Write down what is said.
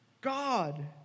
God